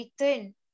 return